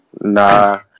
Nah